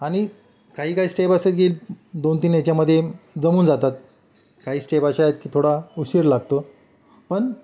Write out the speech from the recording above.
आणि काही काही स्टेप असतात की दोन तीन याच्यामध्ये जमून जातात काही स्टेप अशा आहेत की थोडा उशीर लागतो पण